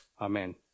Amen